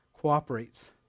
cooperates